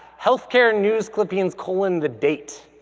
healthcare news clippings colon the date,